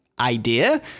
idea